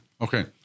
Okay